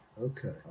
Okay